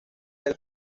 del